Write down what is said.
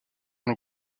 dans